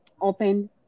open